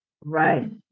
Right